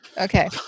Okay